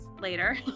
later